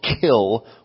kill